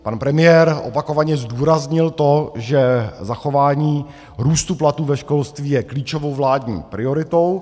Pan premiér opakovaně zdůraznil to, že zachování růstu platů ve školství je klíčovou vládní prioritou.